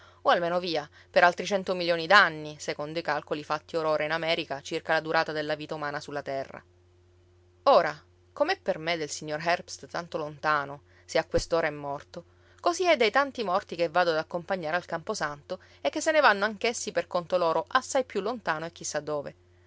o almeno via per altri cento milioni d'anni secondo i calcoli fatti or ora in america circa la durata della vita umana sulla terra ora com'è per me del signor herbst tanto lontano se a quest'ora è morto così è dei tanti morti che vado ad accompagnare al camposanto e che se ne vanno anch'essi per conto loro assai più lontano e chi sa dove